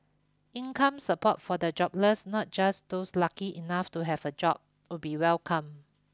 income support for the jobless not just those lucky enough to have a job would be welcome